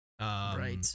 Right